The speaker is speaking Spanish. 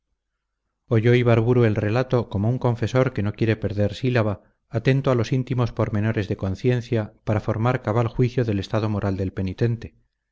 oyó ibarburu el relato como un confesor que no quiere perder sílaba atento a los íntimos pormenores de conciencia para formar cabal juicio del estado moral del penitente